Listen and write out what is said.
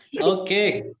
Okay